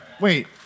Wait